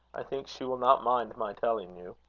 i think she will not mind my telling you.